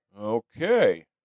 Okay